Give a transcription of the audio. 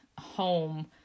home